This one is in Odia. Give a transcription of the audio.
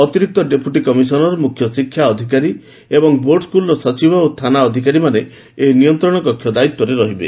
ଅତିରିକ୍ତ ଡେପୁଟି କମିଶନର ମୁଖ୍ୟ ଶିକ୍ଷା ଅଧିକାରୀ ଏବଂ ବୋର୍ଡ ସ୍କୁଲର ସଚିବ ଏବଂ ଥାନା ଅଧିକାରୀମାନେ ଏହି ନିୟନ୍ତ୍ରଣକକ୍ଷ ଦାୟିତ୍ୱରେ ରହିବେ